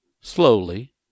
slowly